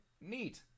neat